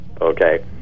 Okay